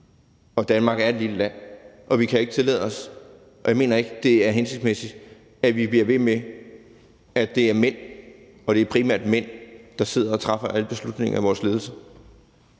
Danmark er et lille land, og vi kan ikke tillade os det, og jeg mener ikke, det er hensigtsmæssigt, at vi bliver ved med, at det er mænd – og det er primært mænd – der sidder og træffer alle beslutninger i vores ledelser.